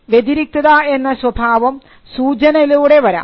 വ്യതിരിക്തത എന്ന സ്വഭാവം സൂചനയിലൂടെ വരാം